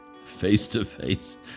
Face-to-face